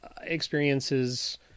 experiences